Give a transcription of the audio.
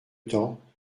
temps